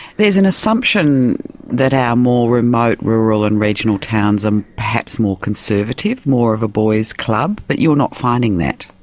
there's an assumption that our more remote rural and regional towns are um perhaps more conservative, more of a boys' club, but you're not finding that?